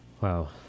Wow